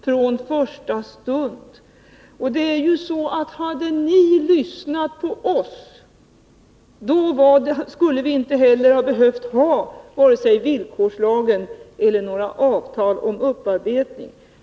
Om ni hade lyssnat på oss skulle vi inte ha behövt vare sig villkorslagen eller några avtal om upparbetning.